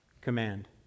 command